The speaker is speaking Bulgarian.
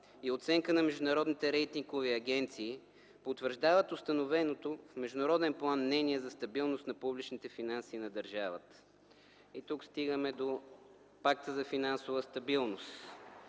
и оценка на международните рейтингови агенции потвърждават установеното в международен план мнение за стабилност на публичните финанси на държавата. Тук стигаме до Пакта за финансова стабилност